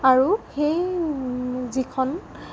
আৰু সেই যিখন